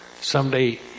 Someday